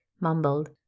mumbled